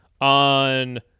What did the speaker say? on